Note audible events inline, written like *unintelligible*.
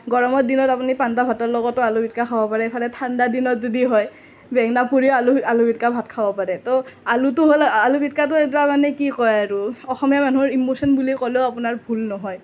গৰমৰ দিনত আপুনি পান্তা ভাতৰ লগতো আলু পিটিকা খাব পাৰে ইফালে ঠাণ্ডাৰ দিনত যদি হয় বেঙনা পুৰিও আলু আলু পিটিকা ভাত খাব পাৰে তো আলু পিটিকাটো হ'ল আলু পিটিকাটো *unintelligible* মানে কি কয় আৰু অসমীয়া মানুহৰ ইম'শ্যন বুলি ক'লেও আপোনাৰ ভুল নহয়